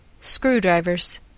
screwdrivers